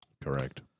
Correct